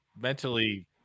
mentally